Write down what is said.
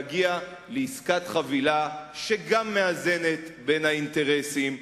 להגיע לעסקת חבילה שגם מאזנת בין האינטרסים,